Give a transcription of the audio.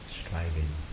striving